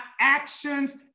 actions